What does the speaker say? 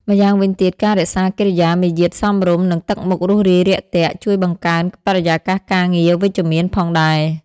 ម្យ៉ាងវិញទៀតការរក្សាកិរិយាមារយាទសមរម្យ និងទឹកមុខរួសរាយរាក់ទាក់ ជួយបង្កើតបរិយាកាសការងារវិជ្ជមានផងដែរ។